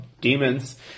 demons